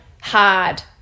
hard